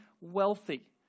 wealthy